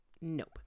Nope